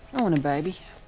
i want a baby.